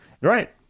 Right